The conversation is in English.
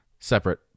Separate